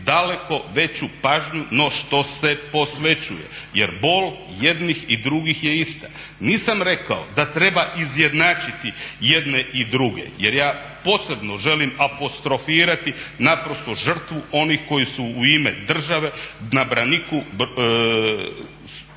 daleko veću pažnju no što se posvećuje jer bol jednih i drugih je ista. Nisam rekao da treba izjednačiti jedne i druge jer ja posebno želim apostrofirati naprosto žrtvu onih koji su u ime države na braniku domovine